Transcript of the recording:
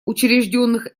учрежденных